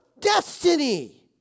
destiny